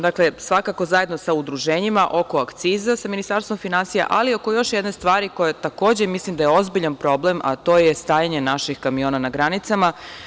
Dakle, svakako zajedno sa udruženjima oko akciza sa Ministarstvom finansija, ali i oko još jedne stvari koja takođe mislim da je ozbiljan problem, a to je stajanje naših kamiona na granicama.